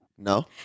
No